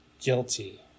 guilty